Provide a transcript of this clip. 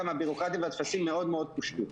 גם הביורוקרטיה והטפסים מאוד פושטו.